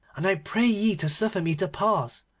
and i pray ye to suffer me to pass,